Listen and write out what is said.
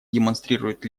демонстрируют